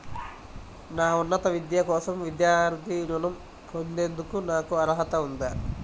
నా ఉన్నత విద్య కోసం విద్యార్థి రుణం పొందేందుకు నాకు అర్హత ఉందా?